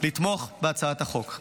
לתמוך בהצעת החוק.